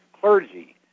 clergy